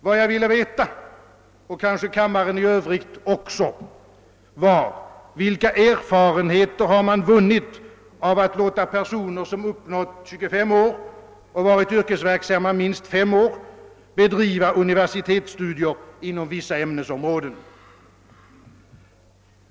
Vad jag ville veta — och kanske kammaren i övrigt också — var: Vilka erfarenheter har man vunnit av att låta personer som uppnått 25 års ålder och varit yrkesverksamma minst 5 år bedriva universitetsstudier inom vissa ämnesområden?